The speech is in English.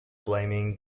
blaming